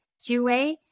QA